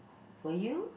will you